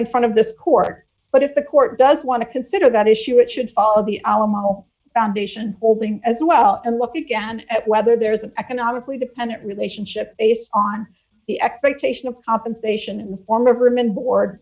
in front of the court but if the court does want to consider that issue it should follow the alamo foundation holding as well and look again at whether there is an economically dependent relationship based on the expectation of compensation in the form of rimmon board